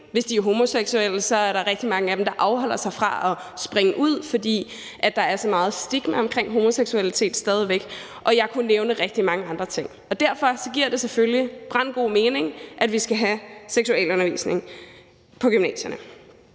hvis de er homoseksuelle, er der rigtig mange af dem, der afholder sig fra at springe ud, fordi det stadig væk er stigmatiserende at være homoseksuel. Og jeg kunne nævne rigtig mange andre ting. Derfor giver det selvfølgelig brandgod mening, at vi skal have seksualundervisning på gymnasierne.